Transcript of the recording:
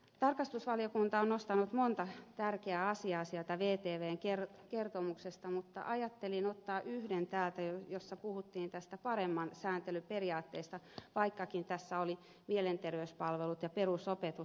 tarkastusvaliokunta on nostanut monta tärkeää asiaa sieltä vtvn kertomuksesta mutta ajattelin ottaa yhden täältä jossa puhuttiin paremman sääntelyn periaatteesta vaikkakin tässä oli mielenterveyspalvelut ja perusopetus